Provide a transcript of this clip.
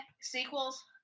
sequels